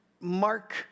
mark